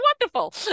wonderful